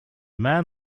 man